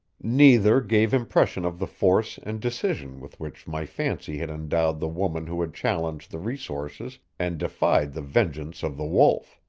neither gave impression of the force and decision with which my fancy had endowed the woman who had challenged the resources and defied the vengeance of the wolf.